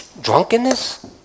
Drunkenness